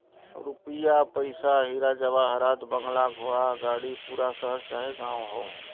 रुपिया पइसा हीरा जवाहरात बंगला घोड़ा गाड़ी पूरा शहर चाहे गांव हौ